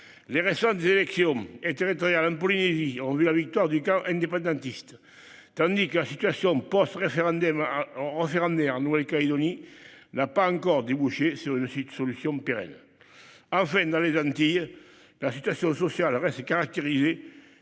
les récentes élections territoriales en Polynésie ont vu la victoire du camp indépendantiste, tandis que la situation post-référendaire en Nouvelle-Calédonie n'a pas encore débouché sur une solution pérenne. Enfin, dans les Antilles, la situation sociale reste caractérisée